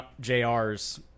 JR's